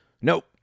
nope